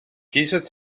kiezen